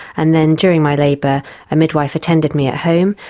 and then during my labour a midwife attended me at home,